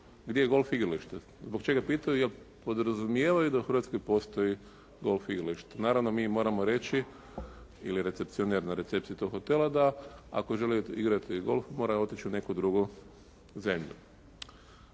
gdje je golf igralište. Zbog čega pitaju? Jer podrazumijevaju da u Hrvatskoj postoji golf igralište. Naravno mi moramo reći ili recepcionar na recepciji tog hotela da ako žele igrati golf mora otići u neku drugu zemlju.